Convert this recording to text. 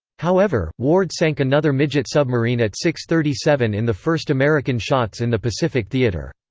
however, ward sank another midget submarine at six thirty seven in the first american shots in the pacific theater.